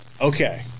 Okay